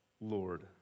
Lord